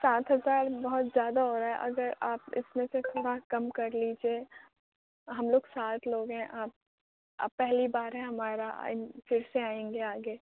سات ہزار بہت زیادہ ہو رہا ہے اگر آپ اِس میں سے تھوڑا کم کر لیجیے ہم لوگ سات لوگ ہیں آپ آپ پہلی بار ہے ہمارا پھر سے آئیں گے آگے